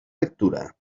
lectura